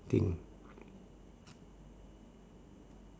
thing